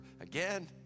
again